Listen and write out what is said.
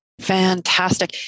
Fantastic